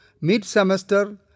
mid-semester